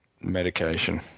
Medication